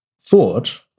thought